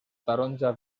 taronja